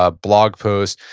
ah blog post,